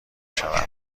شود